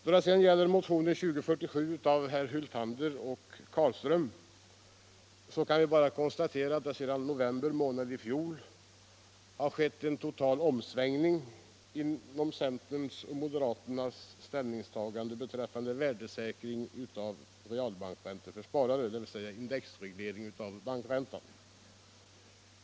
Då det gäller motionen 2047 av herrar Hyltander och Carlström kan vi bara konstatera att det sedan november månad i fjol skett en total omsvängning beträffande centerns och moderaternas ställningstagande till värdesäkring av realbankränta för sparare, dvs. indexreglering av bankränta.